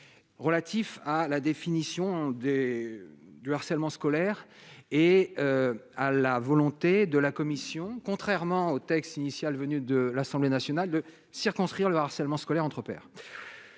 relatif à la définition des du harcèlement scolaire et à la volonté de la Commission, contrairement au texte initial, venus de l'Assemblée nationale de circonscrire le harcèlement scolaire entre pairs,